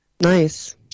Nice